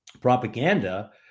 propaganda